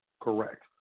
Correct